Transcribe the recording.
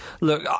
Look